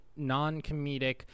non-comedic